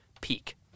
peak